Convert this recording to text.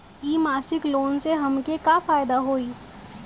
इ मासिक लोन से हमके का फायदा होई?